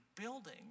building